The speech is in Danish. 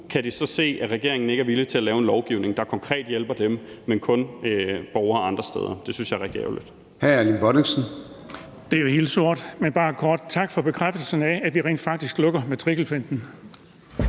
kan de så se, at regeringen ikke er villig til at lave lovgivning, der konkret hjælper dem, men som kun hjælper borgere andre steder. Det synes jeg er rigtig ærgerligt.